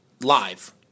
live